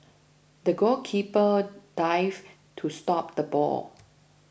the goalkeeper dived to stop the ball